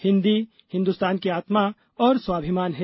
हिन्दी हिद्स्तान की आत्मा और स्वाभिमान है